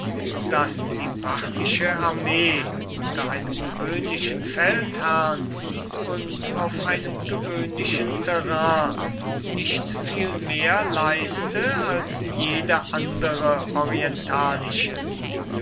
daß die parthische armee unter einem gewöhnlichen feldherrn und auf einem gewöhnlichen terrain nicht viel mehr leiste als jede andere orientalische